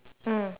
mm